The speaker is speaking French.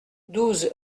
douze